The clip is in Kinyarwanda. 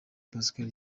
pascal